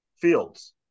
fields